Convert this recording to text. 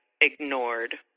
ignored